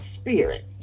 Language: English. spirit